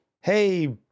hey